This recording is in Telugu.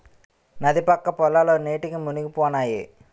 నది పక్క పొలాలు నీటికి మునిగిపోనాయి